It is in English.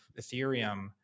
ethereum